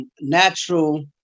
natural